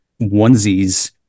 onesies